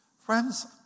Friends